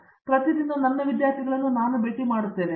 ಹಾಗಾಗಿ ನಾನು ಪ್ರತಿ ದಿನ ನನ್ನ ವಿದ್ಯಾರ್ಥಿಗಳನ್ನು ಭೇಟಿ ಮಾಡುತ್ತೇನೆ